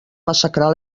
massacrar